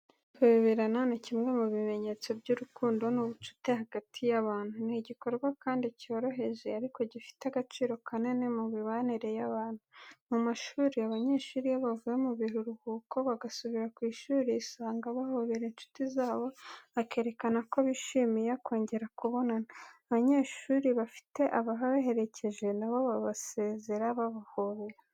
Guhoberana ni kimwe mu bimenyetso by'urukundo n'ubucuti hagati y'abantu. Ni igikorwa kandi cyoroheje ariko gifite agaciro kanini mu mibanire y'abantu. Mu mashuri, abanyeshuri iyo bavuye mu biruhuko bagasubira ku ishuri, usanga bahobera inshuti zabo, bakerekana ko bishimiye kongera kubonana. Abanyeshuri bafite ababaherekeje na bo babasezera babahobera.